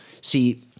See